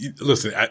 listen